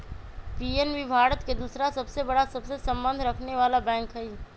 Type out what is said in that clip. PNB Bharat के दूसरा सबसे बड़ा सबसे संबंध रखनेवाला बैंक हई